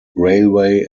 railway